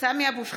סמי אבו שחאדה,